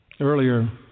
Earlier